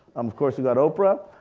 um of course we got oprah,